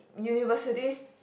universities